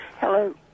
Hello